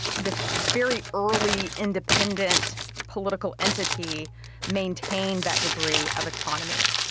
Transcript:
this very early independent political entity maintained that degree of autonomy.